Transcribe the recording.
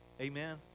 Amen